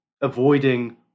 avoiding